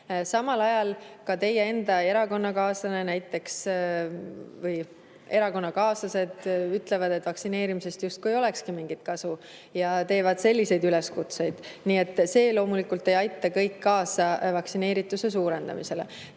Samal ajal teie enda erakonnakaaslased ütlevad, et vaktsineerimisest justkui ei olekski mingit kasu, ja teevad selliseid üleskutseid. See loomulikult ei aita kuidagi kaasa vaktsineerituse suurendamisele.